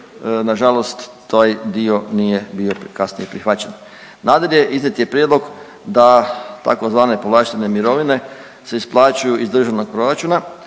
nažalost taj dio nije bio kasnije prihvaćen. Nadalje, iznijet je prijedlog da tzv. povlaštene mirovine se isplaćuju iz Državnog proračuna.